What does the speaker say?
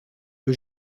que